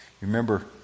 Remember